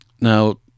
Now